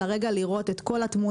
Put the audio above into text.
אלא לראות את כל התמונה,